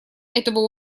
этого